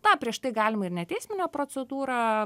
na prieš tai galima ir neteisminę procedūrą